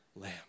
lamb